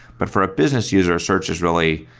but for a business user, search is really,